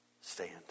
stand